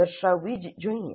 દર્શાવવી જ જોઇએ